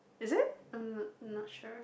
is it I'm not not sure